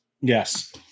Yes